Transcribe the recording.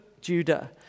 Judah